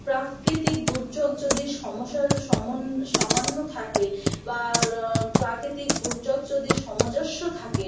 প্রাকৃতিক দুর্যোগ যদি সমসার সমন্ব সামান্য থাকে বা প্রাকৃতিক দুর্যোগ যদি সামঞ্জস্য থাকে